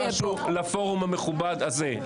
אני רוצה להגיד משהו לפורום המכובד הזה,